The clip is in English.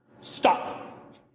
Stop